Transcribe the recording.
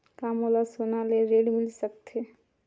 का मोला सोना ले ऋण मिल सकथे?